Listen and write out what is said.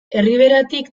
erriberatik